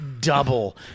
double